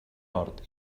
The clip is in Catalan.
hort